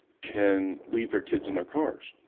can leave their kids in their cars?